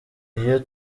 iyo